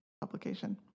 publication